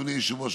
אדוני היושב-ראש,